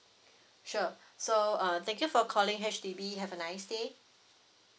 sure so uh thank you for calling H_D_B have a nice day